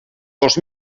dos